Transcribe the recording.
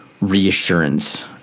reassurance